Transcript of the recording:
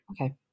Okay